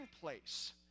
place